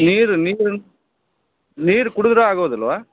ನೀರು ನೀರು ನೀರು ಕುಡಿದ್ರೆ ಆಗೋದಿಲ್ಲವ